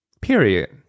Period